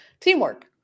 teamwork